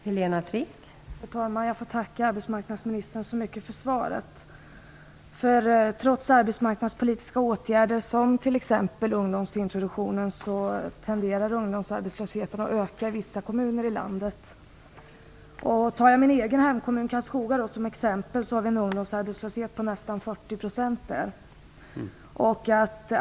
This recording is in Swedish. Fru talman! Jag får tacka arbetsmarknadsministern så mycket för svaret. Trots arbetsmarknadspolitiska åtgärder, som ungdomsintroduktionen, tenderar ungdomsarbetslösheten att öka i vissa kommuner i landet. I min egen hemkommun, Karlskoga, har vi en ungdomsarbetslöshet på nästan 40 %.